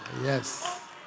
Yes